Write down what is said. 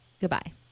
goodbye